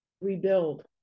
rebuild